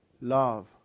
love